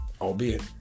Albeit